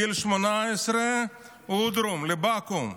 גיל 18, אודרוב, לבקו"ם.